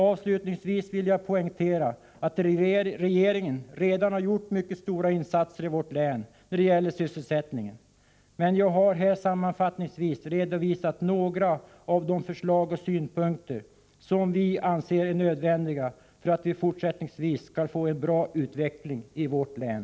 Avslutningsvis vill jag poängtera att regeringen redan har gjort mycket stora insatser i vårt län när det gäller sysselsättningen, men jag har här sammanfattningsvis redovisat några av de förslag och synpunkter som vi anser är nödvändiga att ta fasta på för att vi fortsättningsvis skall få en bra utveckling i vårt län.